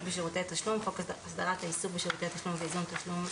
בשירותי תשלום" חוק הסדרת העיסוק בשירותי תשלום וייזום תשלום,